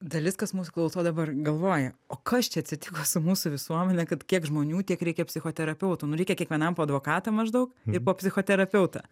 dalis kas mūsų klauso dabar galvoja o kas čia atsitiko su mūsų visuomene kad kiek žmonių tiek reikia psichoterapeutų nu reikia kiekvienam po advokatą maždaug ir po psichoterapeutą